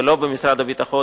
ולא במשרד הביטחון,